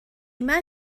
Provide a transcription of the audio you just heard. yma